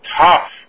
tough